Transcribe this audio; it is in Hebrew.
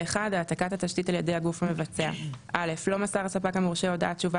העתקת התשתית על ידי הגוף המבצע 21. לא מסר הספק המורשה הודעת תשובה